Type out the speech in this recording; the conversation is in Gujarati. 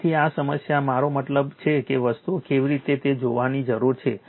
તેથી આ સમસ્યા મારો મતલબ છે કે વસ્તુઓ કેવી છે તે જોવાની જરૂર છે